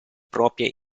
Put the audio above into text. proprie